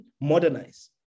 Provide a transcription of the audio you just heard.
modernize